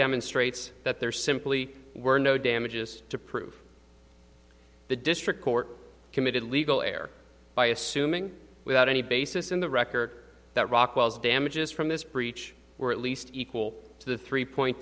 demonstrates that there simply were no damages to prove the district court committed legal err by assuming without any basis in the record that rock was damages from this breach were at least equal to the three point